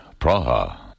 Praha